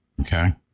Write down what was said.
okay